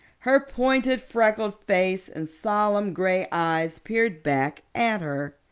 her pointed freckled face and solemn gray eyes peered back at her.